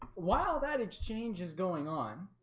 while that exchange is going on